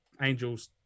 Angels